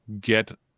get